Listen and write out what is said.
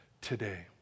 today